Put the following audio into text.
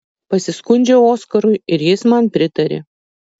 pasiskundžiau oskarui ir jis man pritarė